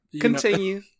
Continue